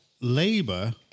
Labour